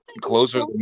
closer